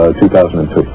2002